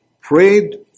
prayed